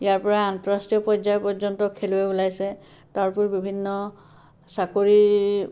ইয়াৰপৰা আন্তৰাষ্ট্ৰীয় পৰ্যায় পৰ্যন্ত খেলুৱৈ ওলাইছে তাৰ উপৰি বিভিন্ন চাকৰি